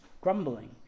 Grumbling